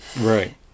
Right